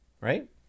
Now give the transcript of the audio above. right